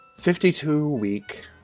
52-Week